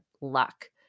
luck